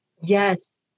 Yes